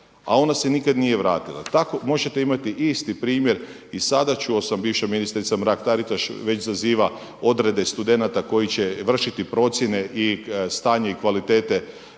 a ona se nikad nije vratila. Tako možete imati isti primjer i sada čuo sam bivša ministrica Mrak-Taritaš već zaziva odrede studenata koji će vršiti procjene i stanje kvalitete